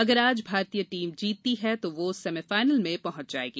अगर आज भारतीय टीम जीतती है तो वो सेमीफाइनल में पहुंच जाएगी